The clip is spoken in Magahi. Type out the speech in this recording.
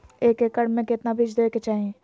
एक एकड़ मे केतना बीज देवे के चाहि?